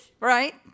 Right